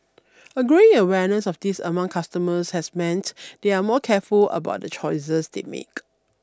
a growing awareness of this among customers has meant they are more careful about the choices they make